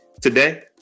today